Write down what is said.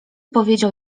powiedział